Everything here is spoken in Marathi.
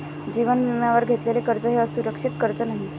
जीवन विम्यावर घेतलेले कर्ज हे असुरक्षित कर्ज नाही